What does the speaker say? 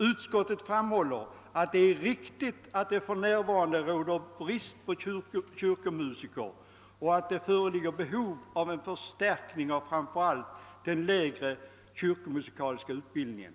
Utskottet framhåller att det är riktigt att det för närvarande råder brist på kyrkomusiker och att det föreligger behov av en förstärkning av framför allt den lägre kyrkomusikaliska utbildningen.